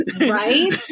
Right